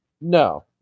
No